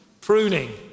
Pruning